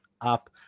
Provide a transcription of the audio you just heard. up